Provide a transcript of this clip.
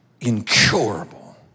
incurable